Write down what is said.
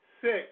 six